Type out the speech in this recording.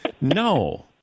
no